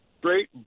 great